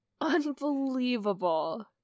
Unbelievable